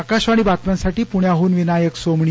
आकाशवाणी बातम्यांसाठी पुण्याहन विनायक सोमणी